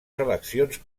seleccions